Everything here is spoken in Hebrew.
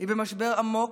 היא במשבר עמוק.